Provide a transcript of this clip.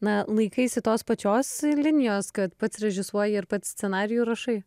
na laikaisi tos pačios linijos kad pats režisuoji ir pats scenarijų rašai